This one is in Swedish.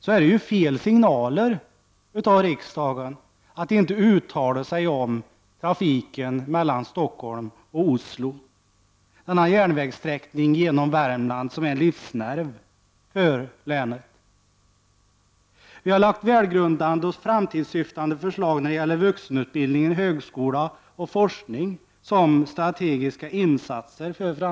Då är det fel av riksdagen att inte uttala sig om trafiken mellan Stockholm och Oslo — en järnvägssträckning genom Värmland som är en livsnerv för länet. Vi har också lagt fram välgrundade förslag inriktade på framtiden när det gäller vuxenutbildning, högskola och forskning. Det handlar alltså om strategiska insatser för länet.